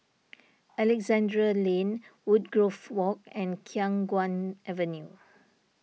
Alexandra Lane Woodgrove Walk and Khiang Guan Avenue